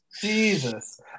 jesus